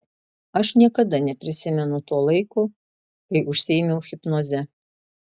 aš niekada neprisimenu to laiko kai užsiėmiau hipnoze